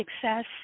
success